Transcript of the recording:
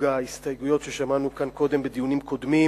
ההסתייגויות ששמענו כאן קודם בדיונים קודמים.